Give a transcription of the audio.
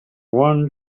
one